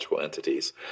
...entities